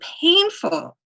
painful